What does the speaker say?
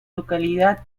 localidad